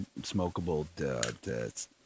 smokable